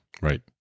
right